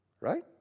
right